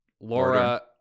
Laura